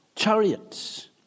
chariots